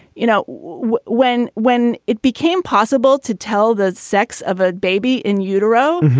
you know when. when it became possible to tell the sex of a baby in utero.